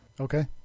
Okay